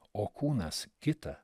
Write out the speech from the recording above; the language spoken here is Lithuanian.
o kūnas kita